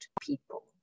people